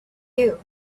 you